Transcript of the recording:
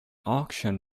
auction